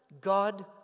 God